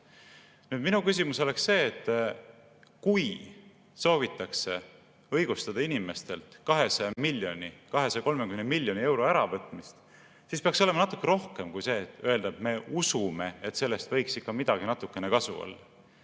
Minu küsimus on see, et kui soovitakse õigustada inimestelt 200 miljoni, 230 miljoni euro äravõtmist, siis peaks olema natuke rohkemat kui see, et öeldakse, et me usume, et sellest võiks ikka midagi natukene kasu olla.